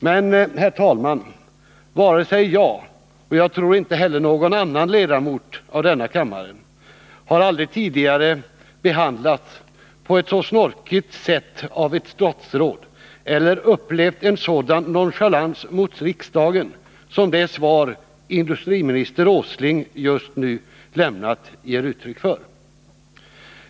Men, herr talman, varken jag eller — som jag tror — någon annan ledamot av denna kammare har någonsin tidigare behandlats på ett så snorkigt sätt av ett statsråd eller upplevt en sådan nonchalans mot 39 riksdagen som det svar ger uttryck för som industriminister Åsling just nu har lämnat.